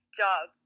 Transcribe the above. job